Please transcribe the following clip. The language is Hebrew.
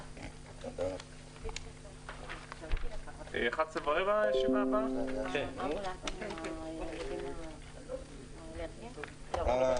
הישיבה ננעלה בשעה 10:59.